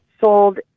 sold